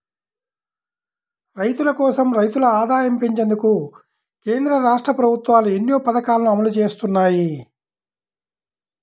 రైతుల కోసం, రైతుల ఆదాయం పెంచేందుకు కేంద్ర, రాష్ట్ర ప్రభుత్వాలు ఎన్నో పథకాలను అమలు చేస్తున్నాయి